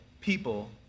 people